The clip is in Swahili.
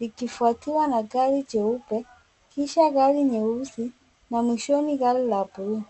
likifuatiwa na gari jeupe kisha gari nyeusi na mwishoni gari la buluu.